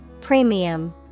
Premium